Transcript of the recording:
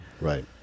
Right